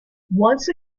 once